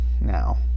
Now